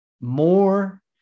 more